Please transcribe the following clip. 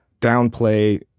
downplay